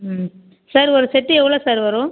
ம் சார் ஒரு செட் எவ்வளோ சார் வரும்